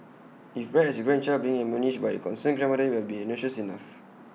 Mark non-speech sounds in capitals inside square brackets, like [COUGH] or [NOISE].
if read as A grandchild being admonished by A concerned [UNINTELLIGIBLE] IT would have been innocuous enough